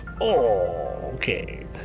okay